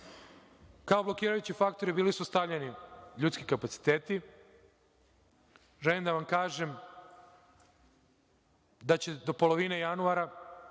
blokirajući faktori bili su stavljeni ljudski kapaciteti. Želim da vam kažem da će do polovine januara